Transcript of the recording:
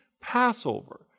Passover